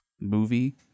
movie